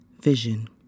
vision